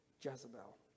Jezebel